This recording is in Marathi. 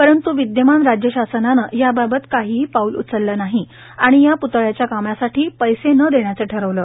पंरत् विद्यमान राज्य शासनाने याबाबत काही पाऊल उचलले नाही आणि या प्तळ्याच्या कामासाठी पैसे न देण्याच ठरविल